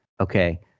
okay